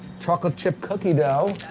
chocolate chip cookie dough.